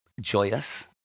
joyous